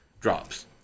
drops